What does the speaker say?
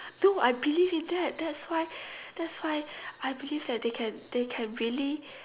no I believe in that that's why that's why I believe that they can they can really